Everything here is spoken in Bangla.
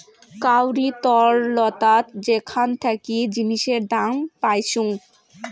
কাউরি তরলতা যেখান থাকি জিনিসের দাম পাইচুঙ